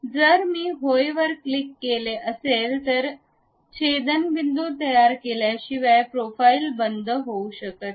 जर मी होय वर क्लिक केले तर छेदनबिंदू तयार केल्याशिवाय प्रोफाइल बंद होऊ शकत नाही